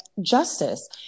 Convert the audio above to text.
justice